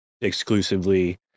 exclusively